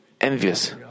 envious